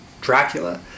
Dracula